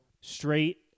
straight